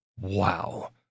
Wow